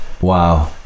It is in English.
Wow